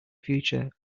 future